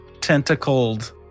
tentacled